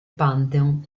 pantheon